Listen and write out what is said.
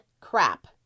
crap